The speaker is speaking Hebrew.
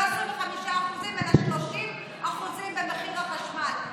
לא של 25% אלא של 30% במחיר החשמל.